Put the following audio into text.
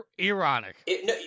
Ironic